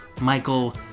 Michael